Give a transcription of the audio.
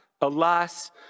Alas